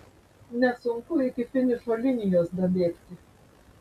nesunku iki finišo linijos dabėgti